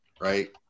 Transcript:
right